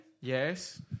Yes